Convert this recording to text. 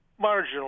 marginal